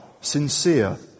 sincere